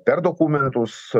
per dokumentus